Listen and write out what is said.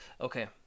Okay